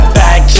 back